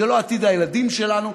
זה לא עתיד הילדים שלנו,